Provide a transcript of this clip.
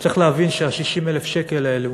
צריך להבין ש-60,000 השקל האלו